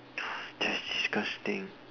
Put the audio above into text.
that's disgusting